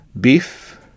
beef